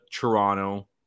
Toronto